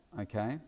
okay